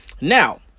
Now